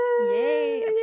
yay